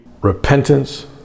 repentance